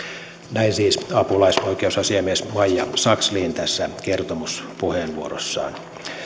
näin siis apulaisoikeusasiamies maija sakslin tässä kertomuspuheenvuorossaan